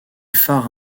phares